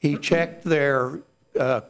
he checked their